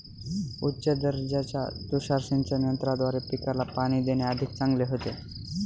उच्च दर्जाच्या तुषार सिंचन यंत्राद्वारे पिकाला पाणी देणे अधिक चांगले होते